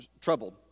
troubled